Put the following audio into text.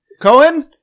cohen